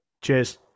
Cheers